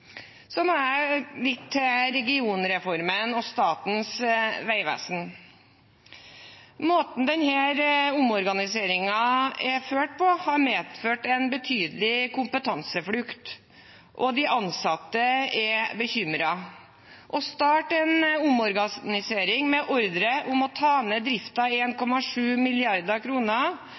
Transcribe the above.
Så må jeg litt innom regionreformen og Statens vegvesen. Måten denne omorganiseringen er gjennomført på, har medført en betydelig kompetanseflukt, og de ansatte er bekymret. Å starte en omorganisering med en ordre om å ta ned